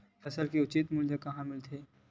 फसल के उचित मूल्य कहां मिलथे?